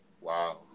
Wow